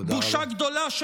תודה רבה.